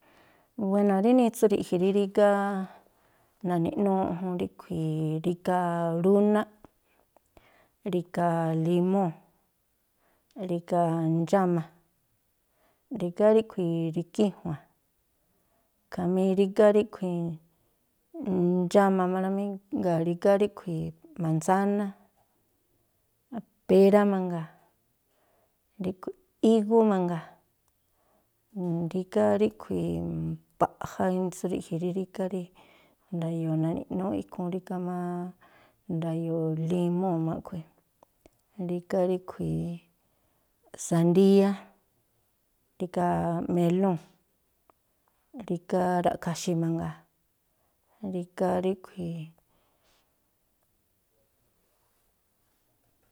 Wéno̱ rí nitsu ri̱ꞌji̱ rí rígá na̱ni̱ꞌnúúꞌ jún, ríꞌkhui̱ rígá rúnáꞌ, rígá limúu̱, rígá ndxáma, rígá ríꞌkhui̱ ri̱kíjua̱n, khamí rígá ríꞌkhui̱ ndxáma má rá mí, jndáa̱ rígá ríꞌkhui̱ mansáná, pérá mangaa, ríꞌkhui̱, ígú mangaa, rígá ríꞌkhui̱ mbaꞌja ginitsu ri̱ꞌji̱ rí rígá nda̱yo̱o̱ na̱ni̱ꞌnúúꞌ ikhúún. Rígá má nda̱yo̱o̱ limúu̱ má a̱ꞌkhui̱, rígá ríꞌkhui̱ sandíyá, rígá melúu̱n, rígá ra̱ꞌkha̱xi̱ mangaa. Rígá ríꞌkhui̱.